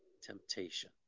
temptation